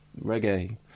reggae